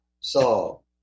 Saul